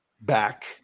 back